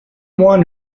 won